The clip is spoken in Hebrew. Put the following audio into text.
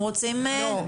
הם רוצים --- לא,